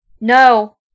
No